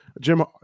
Jim